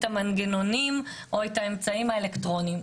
המנגנונים או את האמצעים האלקטרוניים.